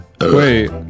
Wait